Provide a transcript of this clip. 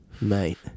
Mate